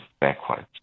backwards